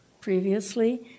previously